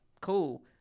cool